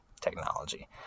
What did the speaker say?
technology